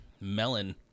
melon